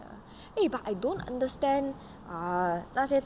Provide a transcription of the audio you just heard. ah but I don't understand ah 那些